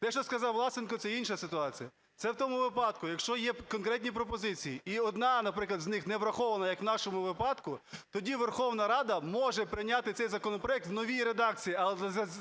Те, що сказав Власенко – це інша ситуація. Це в тому випадку, якщо є конкретні пропозиції і одна, наприклад, з них не врахована, як в нашому випадку, тоді Верховна Рада може прийняти цей законопроект в новій редакції. Але